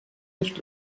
nicht